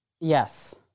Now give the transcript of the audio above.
Yes